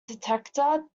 detector